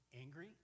angry